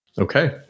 Okay